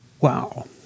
Wow